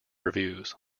reviews